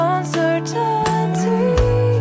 Uncertainty